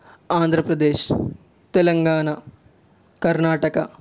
Andhra Pradesh Telangana Karnataka